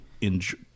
enjoy